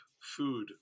food